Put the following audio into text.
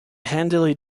handily